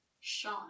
Sean